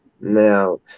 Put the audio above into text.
Now